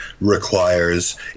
requires